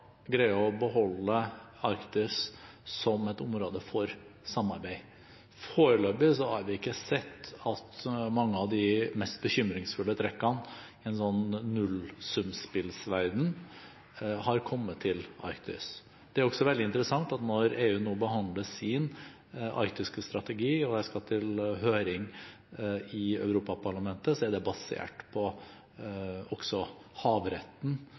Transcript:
ikke sett at mange av de mest bekymringsfulle trekkene, en «nullsumspillverden», har kommet til Arktis. Det er også veldig interessant at når EU nå behandler sin arktiske strategi – og jeg skal til høring i Europaparlamentet – er det basert på også havretten